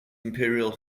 imperial